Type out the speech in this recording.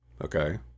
Okay